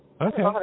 Okay